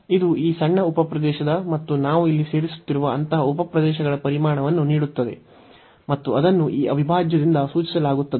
ಇದು ಈ ಸಣ್ಣ ಉಪ ಪ್ರದೇಶದ ಮತ್ತು ನಾವು ಇಲ್ಲಿ ಸೇರಿಸುತ್ತಿರುವ ಅಂತಹ ಉಪ ಪ್ರದೇಶಗಳ ಪರಿಮಾಣವನ್ನು ನೀಡುತ್ತದೆ ಮತ್ತು ಅದನ್ನು ಈ ಅವಿಭಾಜ್ಯದಿಂದ ಸೂಚಿಸಲಾಗುತ್ತದೆ